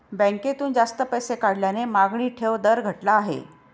बँकेतून जास्त पैसे काढल्याने मागणी ठेव दर घटला आहे